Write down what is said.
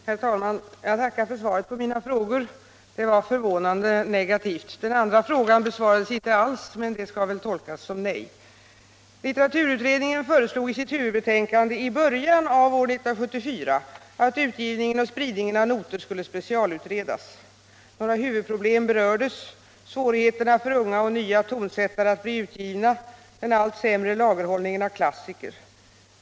Herr talman! Jag tackar för svaret på mina frågor. Det var förvånande negativt. Den andra frågan besvarades inte alls, men det skall väl tolkas som nej. Litteraturutredningen föreslog i sitt huvudbetänkande i början av år 1974 att utgivningen och spridningen av noter skulle specialutredas. Några huvudproblem berördes: svårigheterna för unga och nya tonsättare att bli utgivna, den allt sämre lagerhållningen av klassiker.